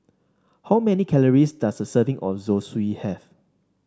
how many calories does a serving of Zosui have